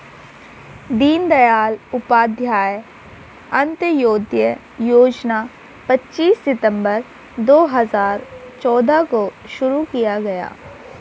दीन दयाल उपाध्याय अंत्योदय योजना पच्चीस सितम्बर दो हजार चौदह को शुरू किया गया